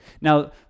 Now